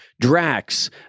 Drax